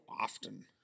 often